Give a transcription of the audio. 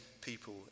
people